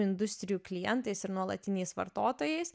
industrijų klientais ir nuolatiniais vartotojais